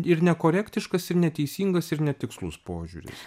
ir nekorektiškas ir neteisingas ir netikslus požiūris